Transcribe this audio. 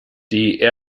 die